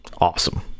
awesome